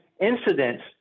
incidents